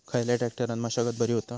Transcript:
खयल्या ट्रॅक्टरान मशागत बरी होता?